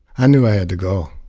i knew i had to go.